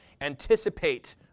anticipate